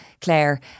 Claire